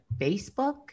Facebook